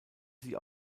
sie